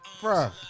bro